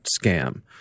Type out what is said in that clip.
scam